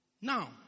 Now